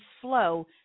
flow